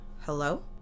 hello